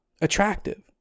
attractive